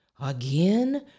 Again